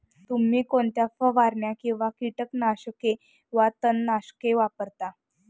तुम्ही कोणत्या फवारण्या किंवा कीटकनाशके वा तणनाशके वापरता?